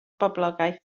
boblogaeth